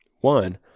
One